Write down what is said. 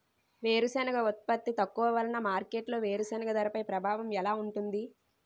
వేరుసెనగ ఉత్పత్తి తక్కువ వలన మార్కెట్లో వేరుసెనగ ధరపై ప్రభావం ఎలా ఉంటుంది?